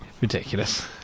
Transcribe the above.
Ridiculous